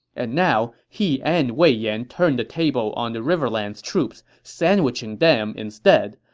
and now, he and wei yan turned the table on the riverlands troops, sandwiching them instead.